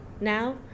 now